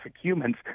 Humans